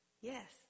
Yes